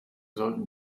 sollten